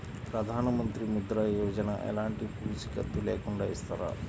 ప్రధానమంత్రి ముద్ర యోజన ఎలాంటి పూసికత్తు లేకుండా ఇస్తారా?